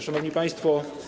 Szanowni Państwo!